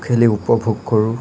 খেলি উপভোগ কৰোঁ